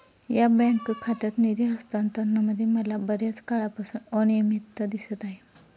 या बँक खात्यात निधी हस्तांतरणामध्ये मला बर्याच काळापासून अनियमितता दिसत आहे